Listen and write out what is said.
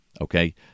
Okay